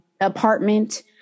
apartment